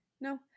No